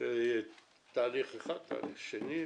שיהיה תהליך אחד, תהליך שני.